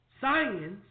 science